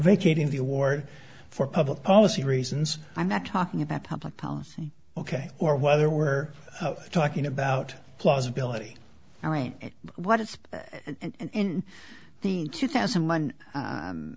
vacating the award for public policy reasons i'm not talking about public policy ok or whether we're talking about plausibility i mean what is and in the two thousand